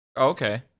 Okay